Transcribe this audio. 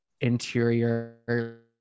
interior